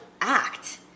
act